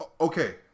Okay